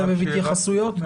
בשנה, בחודש, מלבד הפגרה, עם?